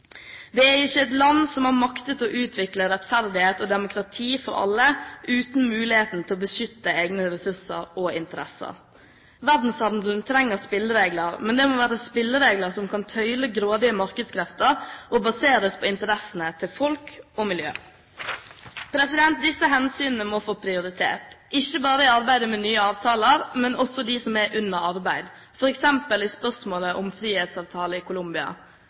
Det er ikke et land som har maktet å utvikle rettferdighet og demokrati for alle uten muligheten til å beskytte egne ressurser og interesser. Verdenshandelen trenger spilleregler, men det må være spilleregler som kan tøyle grådige markedskrefter, og baseres på interessene til folk og miljø. Disse hensynene må få prioritet. Ikke bare i arbeidet med nye avtaler, men også de som er under arbeid, f.eks. i spørsmålet om frihandelsavtale med Colombia.